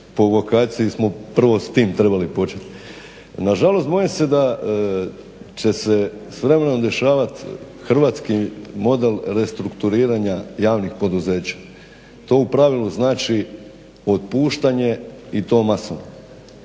po vokaciji smo prvo s tim trebali početi. Nažalost, bojim se da će se s vremenom dešavati hrvatski model restrukturiranja javnih poduzeća. To u pravilu znači otpuštanje i to masovno.